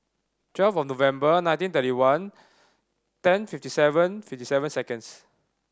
twelve November nineteen thirty one ten fifty seven fifty seven seconds